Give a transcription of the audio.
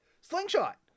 slingshot